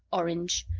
orange.